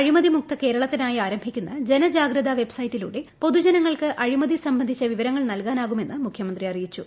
അഴിമതി മുക്ത കേരളത്തിനായി ആരംഭിക്കുന്ന ജനജാഗ്രത വൈബ്സൈറ്റിലൂടെ പൊതുജനങ്ങൾക്ക് അഴിമതി സംബന്ധിച്ച വിവരങ്ങൾ നൽകാനാകുമെന്ന് മുഖ്യമന്ത്രി അറിയിച്ചു